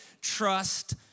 trust